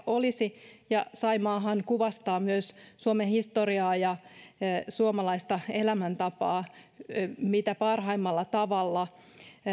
olisi saimaahan kuvastaa myös suomen historiaa ja suomalaista elämäntapaa mitä parhaimmalla tavalla